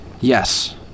Yes